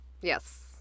Yes